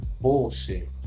bullshit